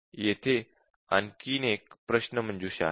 येथे आणखी एक प्रश्नमंजुषा आहे